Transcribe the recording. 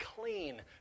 clean